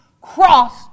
cross